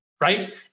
right